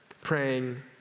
praying